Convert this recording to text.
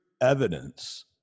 evidence